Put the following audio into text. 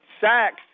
sacks